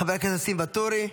חבר הכנסת ניסים ואטורי,